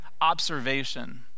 observation